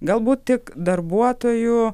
galbūt tik darbuotojų